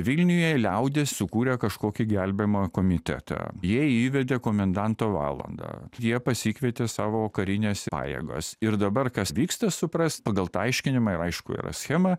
vilniuje liaudis sukūrė kažkokį gelbėjimo komitetą jie įvedė komendanto valandą jie pasikvietė savo karines pajėgas ir dabar kas vyksta suprasti pagal tą aiškinimą ir aišku yra schemą